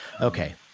Okay